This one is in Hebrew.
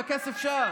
הכסף שם.